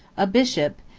a bishop,